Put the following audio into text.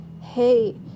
Hey